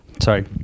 sorry